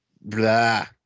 blah